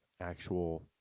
actual